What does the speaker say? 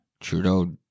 Trudeau